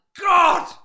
God